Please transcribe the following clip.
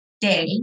day